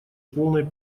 полной